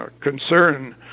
concern